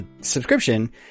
subscription